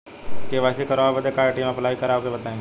KYC करावे के बा ए.टी.एम अप्लाई करा ओके बताई?